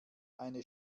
eine